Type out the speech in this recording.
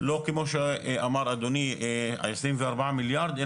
לא כמו שאמר אדוני העשרים וארבעה מיליארד,